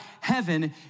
heaven